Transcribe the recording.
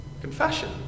confession